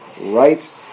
right